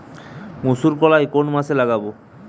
মুসুরকলাই কোন মাসে লাগাব?